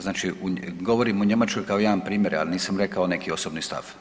Znači govorim o Njemačkoj kao jedan primjer, ja nisam rekao neki osobni stav.